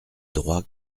droits